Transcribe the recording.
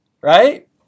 Right